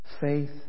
Faith